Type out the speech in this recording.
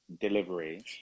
delivery